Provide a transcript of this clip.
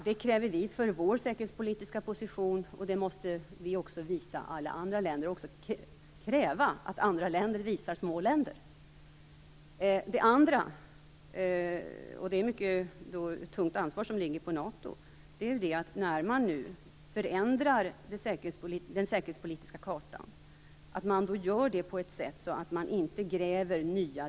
Vi kräver det för vår säkerhetspolitiska position, och vi måste kräva att andra länder visar små länder denna respekt. Det ligger ett tungt ansvar på NATO, när man nu förändrar den säkerhetspolitiska kartan, att inte nya diken grävs.